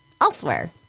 elsewhere